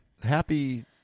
happy